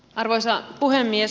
arvoisa puhemies